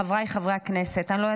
חבריי חברי הכנסת,